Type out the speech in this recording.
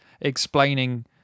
explaining